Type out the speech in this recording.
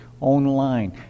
online